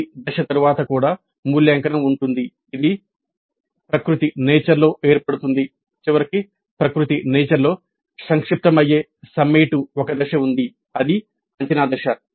ప్రతి దశ తరువాత కూడా మూల్యాంకనం ఉంటుంది ఇది ప్రకృతి ఒక దశ ఉంది అది అంచనా దశ